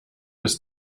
bis